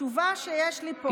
התשובה שיש לי פה,